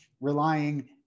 relying